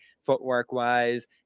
footwork-wise